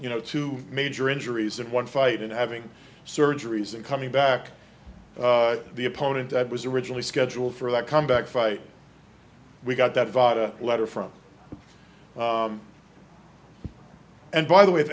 you know two major injuries and one fight and having surgeries and coming back the opponent that was originally scheduled for that comeback fight we got that vote a letter from and by the way if